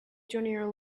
junior